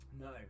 no